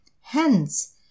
Hence